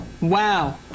Wow